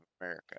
America